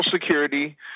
Security